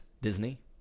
Disney